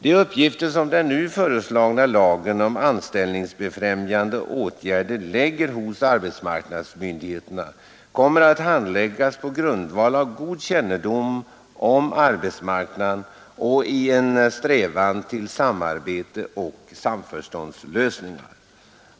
De uppgifter som den nu föreslagna lagen om anställningsfrämjande åtgärder lägger hos arbetsmarknadsmyndigheterna kommer att handläggas på grundval av god kännedom om arbetsmarknaden och i en strävan till samarbete och samförståndslösningar.